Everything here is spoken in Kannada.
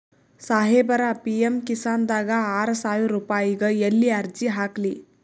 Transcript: ಸಾಹೇಬರ, ಪಿ.ಎಮ್ ಕಿಸಾನ್ ದಾಗ ಆರಸಾವಿರ ರುಪಾಯಿಗ ಎಲ್ಲಿ ಅರ್ಜಿ ಹಾಕ್ಲಿ?